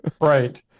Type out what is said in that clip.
Right